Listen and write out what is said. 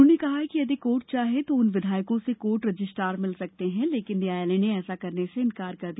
उन्होंने कहा कि यदि कोर्ट चाहे तो उन विधायकों से कोर्ट रजिस्ट्रार मिल सकते हैं लेकिन न्यायालय ने ऐसा करने से इन्कार कर दिया